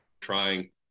trying